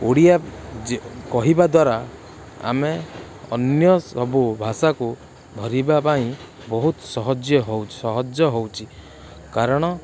ଓଡ଼ିଆ ଯେ କହିବା ଦ୍ୱାରା ଆମେ ଅନ୍ୟ ସବୁ ଭାଷାକୁ ଧରିବା ପାଇଁ ବହୁତ ସହଜ୍ୟ ସହଜ ହେଉଛି କାରଣ